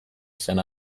izan